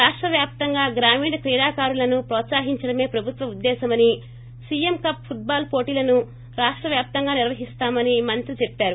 రాష్ట వ్యాప్తంగా గ్రామీణ క్రీడాకారులను ప్రోత్పహించడమే ప్రభుత్వ ఉద్దేశ్యమని సీఎం కప్ పుట్బాల్ పోటీలను రాష్ట వ్యాప్తంగా నిర్వహిస్తామని మంత్రి ముత్తంకెట్టి చెప్పారు